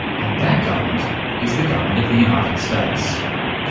and that government is the government of the united states.